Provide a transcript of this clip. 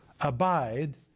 abide